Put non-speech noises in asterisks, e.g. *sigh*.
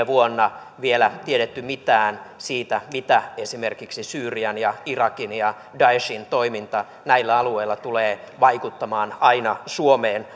*unintelligible* vuonna vielä tiedetty mitään siitä mitä esimerkiksi syyrian ja irakin ja daeshin toiminta näillä alueilla tulee vaikuttamaan aina suomeen *unintelligible*